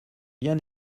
bien